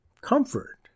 Comfort